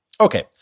Okay